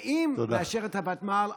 ואם נאשר את הוותמ"ל,